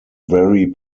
very